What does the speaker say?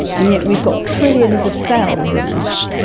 and yet we've got trillions of cells in us,